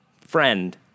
friend